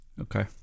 Okay